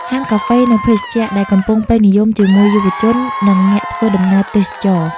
ហាងកាហ្វេ និងភេសជ្ជះ ដែលកំពុងពេញនិយមជាមួយយុវជន និងអ្នកធ្វើដំណើរទេសចរណ៍។